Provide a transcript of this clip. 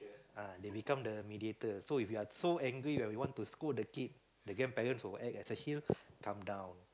uh they become the mediator so if you are so angry where we want to scold the kid the grandparents will act as a shield calm down